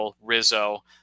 Rizzo